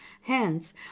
hence